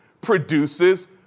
produces